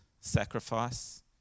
sacrifice